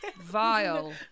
Vile